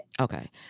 Okay